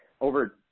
over